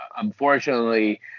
unfortunately